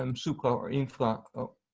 um supra or infra